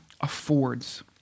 affords